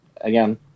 again